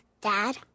Dad